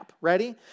Ready